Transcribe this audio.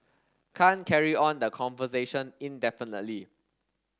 can't carry on the conversation indefinitely